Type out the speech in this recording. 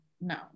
No